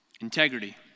Integrity